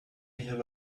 have